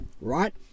right